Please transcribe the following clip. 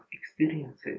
experiences